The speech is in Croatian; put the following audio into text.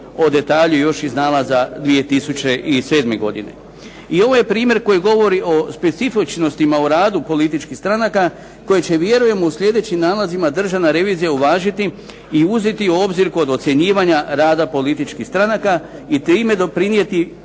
o detalju još iz nalaza 2007. godine. I ovo je primjer koji govori o specifičnostima u radu političkih stranaka, koji će vjerujem u sljedećim nalazima državna revizija uvažiti i uzeti u obzir kod ocjenjivanja rada političkih stranaka i time doprinijeti